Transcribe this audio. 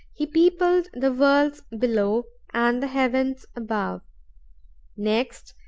he peopled the worlds below and the heavens above next,